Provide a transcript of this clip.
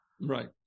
Right